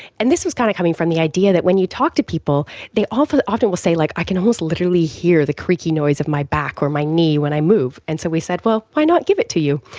and this was kind of coming from the idea that when you talk to people they often often will say, like, i can almost literally hear the creaky noise of my back or my knee when i move. and so we said, well, why not give it to you.